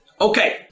Okay